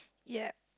yeap